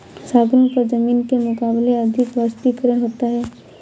सागरों पर जमीन के मुकाबले अधिक वाष्पीकरण होता है